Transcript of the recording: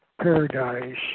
paradise